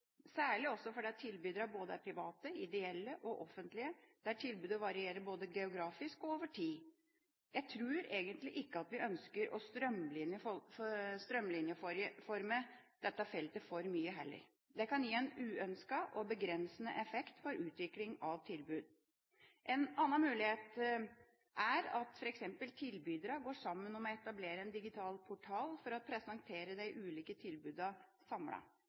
særlig også fordi tilbyderne både er private, ideelle og offentlige, og tilbudet varierer både geografisk og over tid. Jeg tror egentlig ikke at vi ønsker å strømlinjeforme dette feltet for mye heller. Det kan gi en uønsket og begrensende effekt for utvikling av tilbud. En annen mulighet er at f.eks. tilbyderne går sammen om å etablere en digital portal for å presentere de ulike